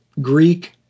Greek